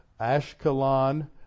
Ashkelon